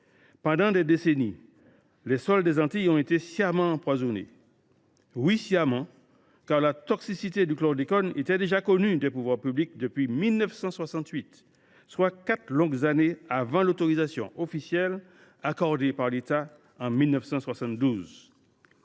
Pendant des décennies, les sols des Antilles ont été sciemment empoisonnés. Oui, sciemment, car la toxicité du chlordécone était connue des pouvoirs publics depuis 1968, soit quatre longues années avant l’autorisation officielle accordée par l’État en 1972.